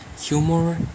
Humor